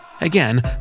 Again